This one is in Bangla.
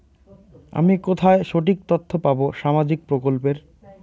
আমি কোথায় সঠিক তথ্য পাবো সামাজিক প্রকল্পের?